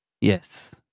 Yes